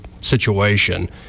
situation